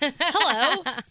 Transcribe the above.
Hello